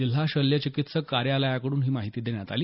जिल्हा शल्य चिकित्सक कार्यालयाकडून ही माहिती देण्यात आली